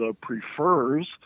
prefers